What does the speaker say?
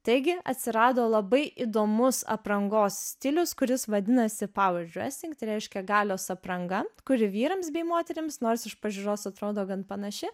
taigi atsirado labai įdomus aprangos stilius kuris vadinasi pauer dresing tai reiškia galios apranga kuri vyrams bei moterims nors iš pažiūros atrodo gan panaši